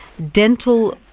Dental